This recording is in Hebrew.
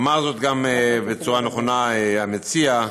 אמר זאת גם בצורה נכונה המציע,